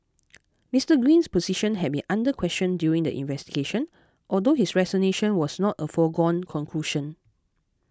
Mister Green's position had been under question during the investigation although his resignation was not a foregone conclusion